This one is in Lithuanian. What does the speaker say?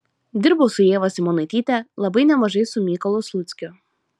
dirbau su ieva simonaityte labai nemažai su mykolu sluckiu